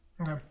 Okay